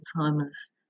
Alzheimer's